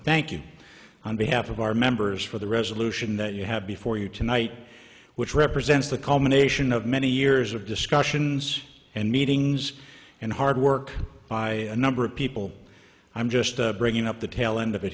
you on behalf of our members for the resolution that you have before you tonight which represents the culmination of many years of discussions and meetings and hard work by a number of people i'm just bringing up the tail end of it